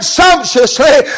sumptuously